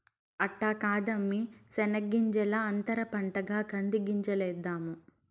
అట్ట కాదమ్మీ శెనగ్గింజల అంతర పంటగా కంది గింజలేద్దాము